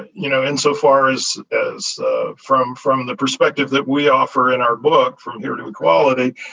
you know, insofar as as ah from from the perspective that we offer in our book, from here to equality,